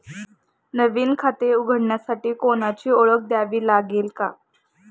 नवीन खाते उघडण्यासाठी कोणाची ओळख द्यावी लागेल का?